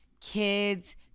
kids